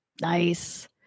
Nice